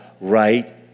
right